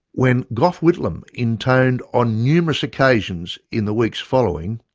when gough whitlam intoned on numerous occasions in the weeks following,